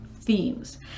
themes